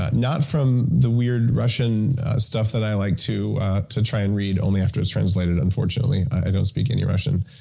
ah not from the weird russian stuff that i like to to try and read only after it's translated, unfortunately. i don't speak any russian.